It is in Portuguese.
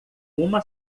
uma